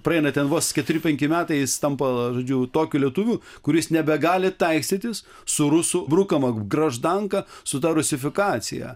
praeina ten vos keturi penki metai jis tampa žodžiu tokiu lietuviu kuris nebegali taikstytis su rusų brukama graždanka su ta rusifikacija